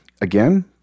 Again